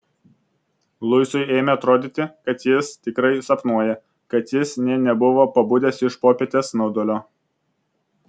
luisui ėmė atrodyti kad jis tikrai sapnuoja kad jis nė nebuvo pabudęs iš popietės snaudulio